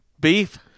Beef